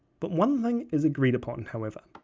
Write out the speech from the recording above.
but one thing is agreed upon however.